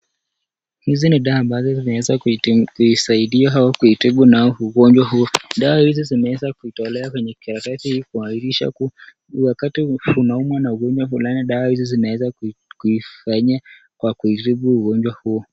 Hizi ni dawa ambazo zinaweza kuisaidia au kuitibu nao ugonjwa huu. Dawa hizi zinaweza kutolea kwenye karatasi kuhakikisha kuwa wakati unaumwa na ugonjwa fulani dawa hizi zinaweza kuifanyia kwa kuitibu ugonjwa huu.